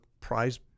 prize